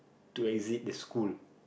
to exit the school